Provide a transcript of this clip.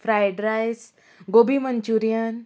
fried rice gobi Manchurian